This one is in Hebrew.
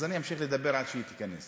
אז אני אמשיך לדבר עד שהיא תיכנס.